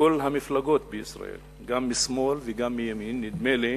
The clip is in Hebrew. כל המפלגות בישראל, גם משמאל וגם מימין, נדמה לי